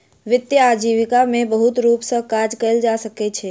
वित्तीय आजीविका में बहुत रूप सॅ काज कयल जा सकै छै